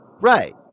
Right